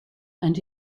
and